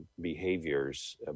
behaviors